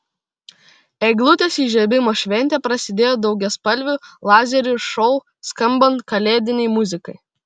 eglutės įžiebimo šventė prasidėjo daugiaspalvių lazerių šou skambant kalėdinei muzikai